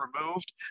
removed